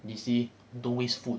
they say don't waste food